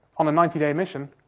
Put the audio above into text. on a ninety day mission,